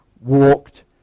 walked